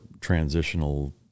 transitional